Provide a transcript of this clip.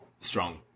strong